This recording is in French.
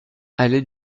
allée